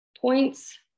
points